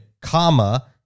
comma